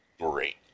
great